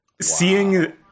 Seeing